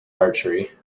archery